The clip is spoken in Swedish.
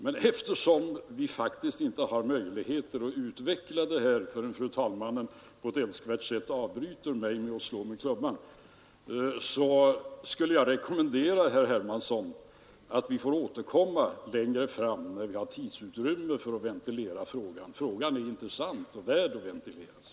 Men eftersom jag faktiskt inte har möjlighet att utveckla detta förrän fru talmannen på ett älskvärt sätt avbryter mig genom att slå med klubban, föreslår jag herr Hermansson att vi återkommer längre fram, när vi har tid på oss att ventilera frågan — den är intressant och värd att ventilera.